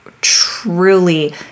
truly